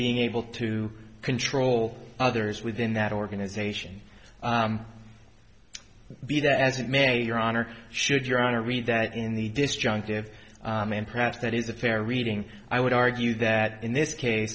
being able to control others within that organization be that as it may your honor should your honor read that in the disjunctive and perhaps that is a fair reading i would argue that in this case